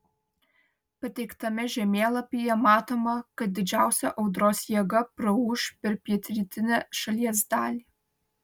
pateiktame žemėlapyje matoma kad didžiausia audros jėga praūš per pietrytinę šalies dalį